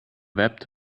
wept